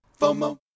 FOMO